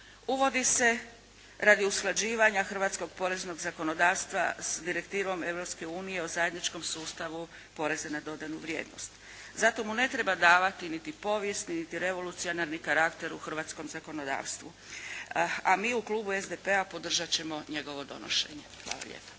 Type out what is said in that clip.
Uvodi se radi usklađivanja hrvatskog poreznog zakonodavstva s direktivom Europske unije o zajedničkom sustavu poreza na dodanu vrijednost. Zato mu ne treba davati niti povijesni niti revolucionarni karakter u hrvatskom zakonodavstvu. A mi u Klubu SDP-a podržat ćemo njegovo donošenje. Hvala lijepa.